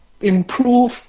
improve